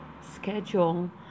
schedule